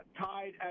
tied